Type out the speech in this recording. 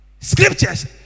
Scriptures